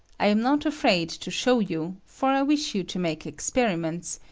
i am not afraid to show you, for i wish you to make experimenta,